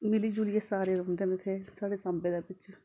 मिली झुलियै सारे रौंह्दे न इत्थै साढ़े साम्बै दे बिच्च